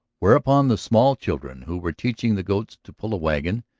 whereupon the small children, who were teaching the goats to pull a wagon,